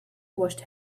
washed